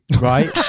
right